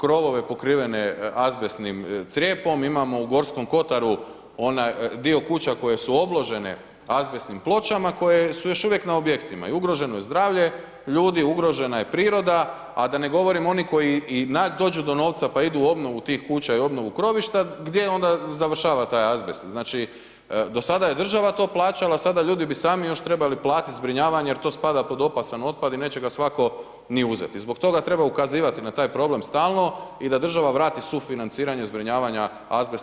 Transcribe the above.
krovove pokrivene azbestnim crijepom, imamo u Gorskom kotaru onaj, dio kuća koje su obložene azbestnim pločama koje su još uvijek na objektima i ugroženo je zdravlje ljudi, ugrožena je priroda, a da ne govorim, oni koji i dođu do novca pa idu u obnovu tih kuća i obnovu krovišta, gdje onda završava taj azbest, znači, do sada je država to plaćala, a sada ljudi bi sami još trebali platiti zbrinjavanje jer to spada pod opasan otpad i neće ga svatko ni uzeti i zbog toga treba ukazivati na taj problem stalno i da država vrati sufinanciranje zbrinjavanja azbesta kao opasnog otpada.